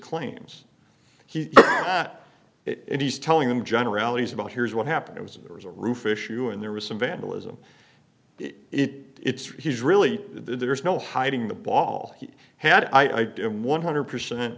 claims he got it he's telling them generalities about here's what happened it was there was a roof issue and there was some vandalism it it's really there's no hiding the ball he had i didn't one hundred percent